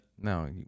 No